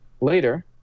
Later